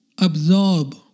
absorb